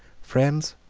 friends,